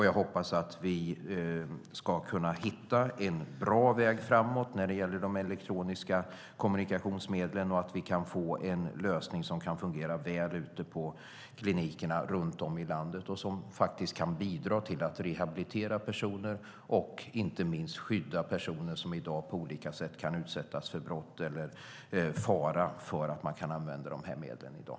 Jag hoppas att vi ska hitta en bra väg framåt när det gäller de elektroniska kommunikationsmedlen och att vi kan få en lösning som kan fungera väl ute på klinikerna runt om i landet så att de kan bidra till att rehabilitera personer och, inte minst, skydda personer som i dag på olika sätt kan utsättas för brott eller fara för att man kan använda dessa medel i dag.